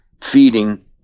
feeding